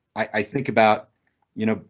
i think about you, know